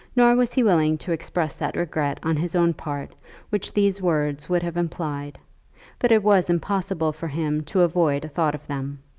nor was he willing to express that regret on his own part which these words would have implied but it was impossible for him to avoid a thought of them.